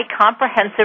comprehensive